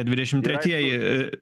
dvidešimt tretieji